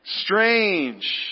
Strange